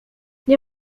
nie